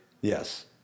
Yes